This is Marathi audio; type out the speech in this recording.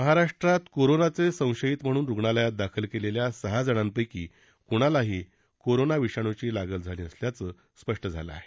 महाराष्ट्रात कोरोनाचे संशयित म्हणून रुग्णालयात दाखल केलेल्या सहा जणांपक्षी कुणालाही कोरोना विषाणूची लागण झाली नसल्याचं स्पष्ट झालं आहे